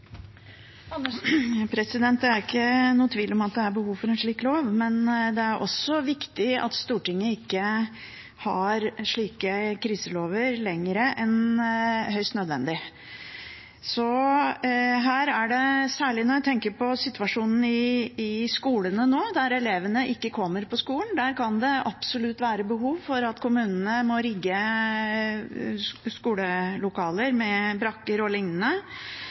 ikke noen tvil om at det er behov for en slik lov, men det er også viktig at Stortinget ikke har slike kriselover lenger enn høyst nødvendig. Jeg tenker særlig på situasjonen i skolene der elevene ikke kommer på skolen. Der kan det absolutt være behov for at kommunene må rigge skolelokaler med brakker